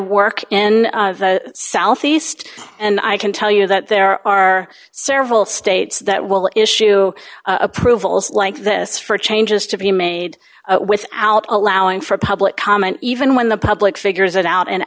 work in the southeast and i can tell you that there are several states that will issue approvals like this for changes to be made without allowing for public comment even when the public figures it out and